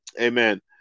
amen